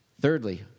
Thirdly